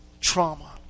trauma